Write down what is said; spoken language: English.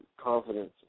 confidence